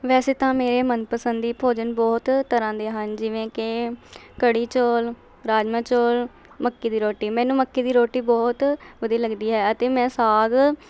ਵੈਸੇ ਤਾਂ ਮੇਰੇ ਮਨਪਸੰਦੀ ਭੋਜਨ ਬਹੁਤ ਤਰ੍ਹਾਂ ਦੇ ਹਨ ਜਿਵੇਂ ਕਿ ਕੜੀ ਚੌਲ ਰਾਜਮਾਂਹ ਚੌਲ ਮੱਕੀ ਦੀ ਰੋਟੀ ਮੈਨੂੰ ਮੱਕੀ ਦੀ ਰੋਟੀ ਬਹੁਤ ਵਧੀਆ ਲੱਗਦੀ ਹੈ ਅਤੇ ਮੈਂ ਸਾਗ